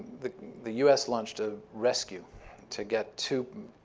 the the us launched a rescue to get two